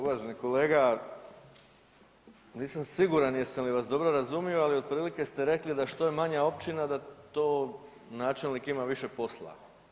Uvaženi kolega, nisam siguran jesam li vas dobro razumio, ali ste otprilike rekli da što je manja općina da to načelnik ima više posla.